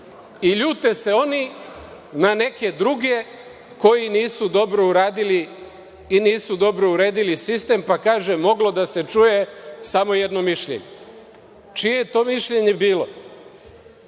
Ljute se oni na neke druge koji nisu dobro uradili i nisu dobro uredili sistem, pa kaže – moglo da se čuje samo jedno mišljenje. Čije je to mišljenje bilo?